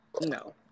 No